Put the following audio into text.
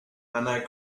and